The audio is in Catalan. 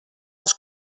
els